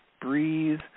Breathe